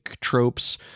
tropes